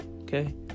okay